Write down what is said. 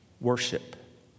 worship